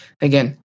again